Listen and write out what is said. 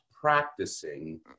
practicing